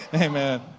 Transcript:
Amen